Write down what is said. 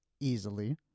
Easily